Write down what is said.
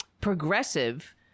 progressive